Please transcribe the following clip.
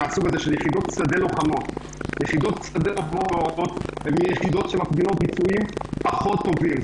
יחידות שדה לוחמות מפגינות ביצועים פחות טובים.